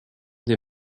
des